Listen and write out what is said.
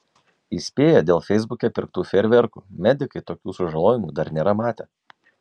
įspėja dėl feisbuke pirktų fejerverkų medikai tokių sužalojimų dar nėra matę